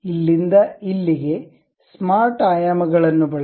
ಇಲ್ಲಿಂದ ಇಲ್ಲಿಗೆ ಸ್ಮಾರ್ಟ್ ಆಯಾಮ ಗಳನ್ನು ಬಳಸಿ